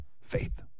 Faith